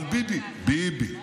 אבל ביבי, ביבי.